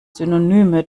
synonyme